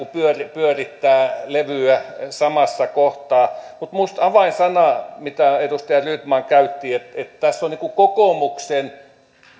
pyörittämään levyä samassa kohtaa minusta avainsana mitä edustaja rydman käytti oli että tässä on kokoomuksen